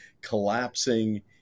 collapsing